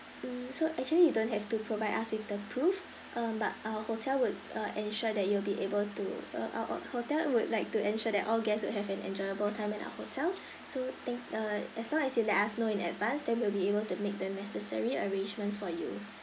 mm so actually you don't have to provide us with the proof uh but our hotel would uh ensure that you will be able to uh our our hotel would like to ensure that all guests will have an enjoyable time at our hotel so thank uh as long as you let us know in advance then we'll be able to make the necessary arrangements for you